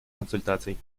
консультаций